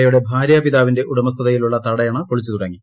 എയുടെ ഭാര്യാ പിതാവിന്റെ ഉടമസ്ഥയിലുള്ള തടയണ പൊളിച്ചു തുടങ്ങി